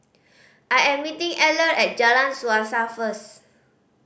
I am meeting Eller at Jalan Suasa first